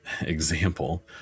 example